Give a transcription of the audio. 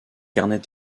carnets